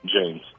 James